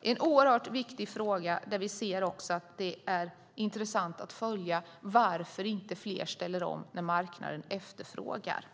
Det är en oerhört viktig fråga, och det är dessutom intressant att följa varför fler inte ställer om när marknaden efterfrågar